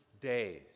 days